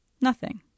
Nothing